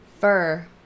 fur